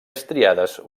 estriades